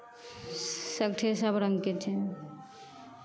सगठे सभरङ्गके छै